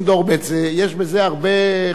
יש בזה הרבה חיוב.